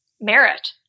merit